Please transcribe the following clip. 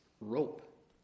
rope